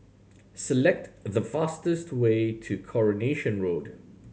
select the fastest way to Coronation Road